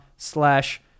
Slash